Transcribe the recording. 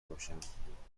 باشم